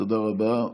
תודה רבה.